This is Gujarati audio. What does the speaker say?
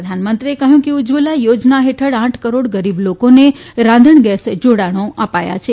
પ્રધાનમંત્રીએ કહ્યું કે ઉજ્જવલા યોજના હેઠળ આઠ કરોડ ગરીબ લોકોને રાંધણ ગેસ જોડાણો અપાયા છે